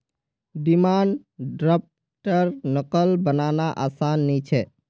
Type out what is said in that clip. demand द्रफ्टर नक़ल बनाना आसान नि छे